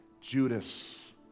Judas